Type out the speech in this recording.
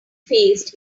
faced